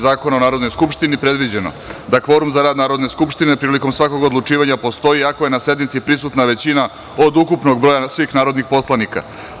Zakona o Narodnoj skupštini, predviđeno da kvorum za rad Narodne skupštine prilikom svakog odlučivanja postoji ako je na sednici prisutna većina od ukupnog broja svih narodnih poslanika.